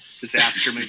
disaster